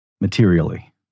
materially